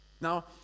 Now